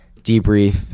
debrief